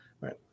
Right